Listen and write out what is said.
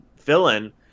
villain